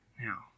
Now